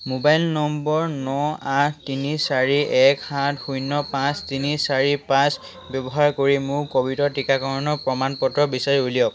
mobile number ন আঠ তিনি চাৰি এক সাত শূণ্য পাঁচ তিনি চাৰি পাঁচ ব্যৱহাৰ কৰি মোৰ ক'ভিডৰ টীকাকৰণৰ প্ৰমাণ পত্ৰখন বিচাৰি উলিয়াওক